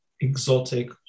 exotic